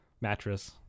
Mattress